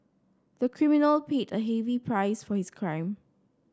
the criminal paid a heavy price for his crime